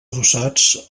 adossats